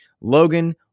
logan